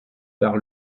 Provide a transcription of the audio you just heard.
par